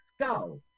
skull